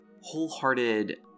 wholehearted